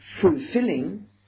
fulfilling